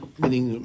meaning